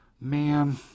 man